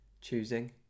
choosing